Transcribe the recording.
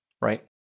right